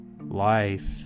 life